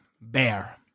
bear